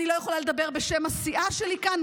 אני לא יכולה לדבר בשם הסיעה שלי כאן,